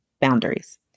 boundaries